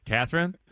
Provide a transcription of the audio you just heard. Catherine